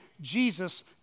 Jesus